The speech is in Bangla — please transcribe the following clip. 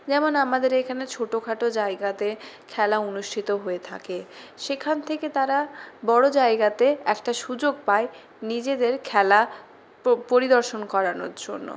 যেমন আমাদের এখানে ছোটো খাটো জায়গাতে খেলা অনুষ্ঠিত হয়ে থাকে সেখান থেকে তারা বড় জায়গাতে একটা সুযোগ পায় নিজেদের খেলা পরিদর্শন করানোর জন্য